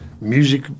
music